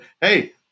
hey